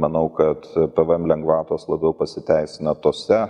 manau kad pvm lengvatos labiau pasiteisina tose